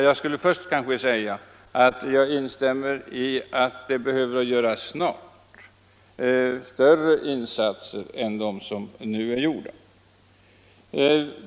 Jag instämmer i att det snart behöver göras större insatser än de som nu är gjorda.